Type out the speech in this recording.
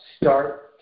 Start